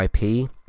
IP